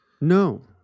no